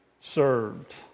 served